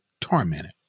tormented